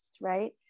right